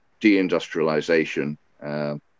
deindustrialization